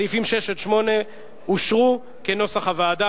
סעיפים 6 8 אושרו כנוסח הוועדה.